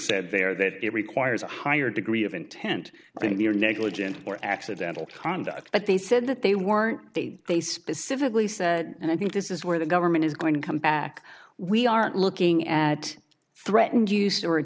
said there that it requires a higher degree of intent i think they are negligent or accidental conduct but they said that they weren't they they specifically said and i think this is where the government is going to come back we aren't looking at threatened used or